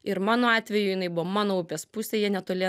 ir mano atveju jinai buvo mano upės pusėje netoli